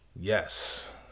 Yes